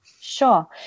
Sure